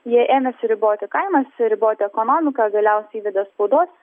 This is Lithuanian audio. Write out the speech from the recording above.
jie ėmėsi riboti kainas riboti ekonomiką galiausiai įvedė spaudos